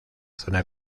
zona